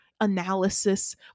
Analysis